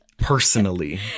personally